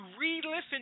re-listen